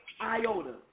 iota